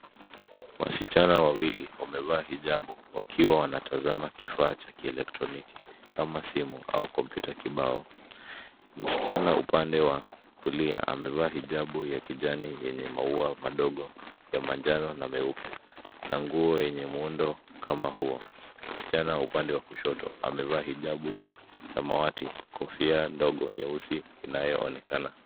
Wasichana wawili wamevaa hijabu, wakiwa wanatazama kifaa cha kielektroniki, kama simu au kompyuta kibao. Msichana upande wa kulia amevaa hijabu ya kijani yenye maua madogo ya manjano na meupe, na nguo yenye muundo kama huo. Msichana upande wa kushoto amevaa hijabu ya samawati, kofia ndogo nyesi inayoonekana.